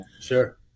Sure